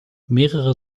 mehrere